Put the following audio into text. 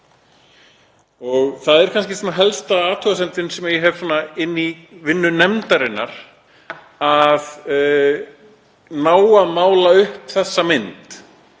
Það er kannski helsta athugasemdin sem ég hef inn í vinnu nefndarinnar, að ná að mála upp mynd